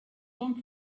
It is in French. tant